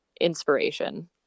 inspiration